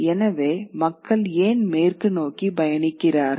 எனவே மக்கள் ஏன் மேற்கு நோக்கி பயணிக்கிறார்கள்